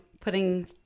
putting